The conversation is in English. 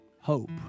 hope